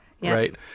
right